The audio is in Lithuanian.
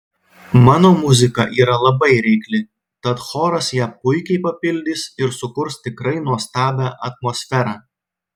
mano muzika yra labai reikli tad choras ją puikiai papildys ir sukurs tikrai nuostabią atmosferą